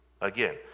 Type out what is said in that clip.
Again